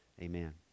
amen